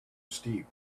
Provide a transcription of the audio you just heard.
steep